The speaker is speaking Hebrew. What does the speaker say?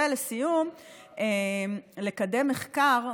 ולסיום, לקדם מחקר.